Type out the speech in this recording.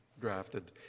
drafted